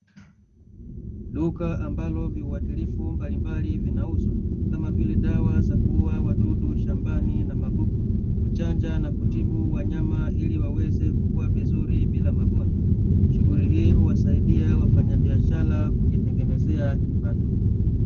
Duka ambalo viwatilifu mbalimbali vinauzwa kama vile dawa za kuuwa wadudu shambani na magugu, kuchanja na kutibu wanyama ili waweze kukua vizuri bila magonjwa. Shughuli hii huwasaidia wafanyabiashara kujitengenezea kipato.